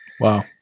Wow